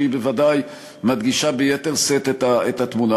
שבוודאי מדגישה ביתר שאת את התמונה.